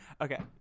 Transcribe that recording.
Okay